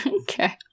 Okay